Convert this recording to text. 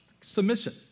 Submission